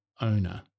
owner